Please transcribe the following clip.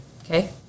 Okay